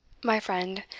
my friend,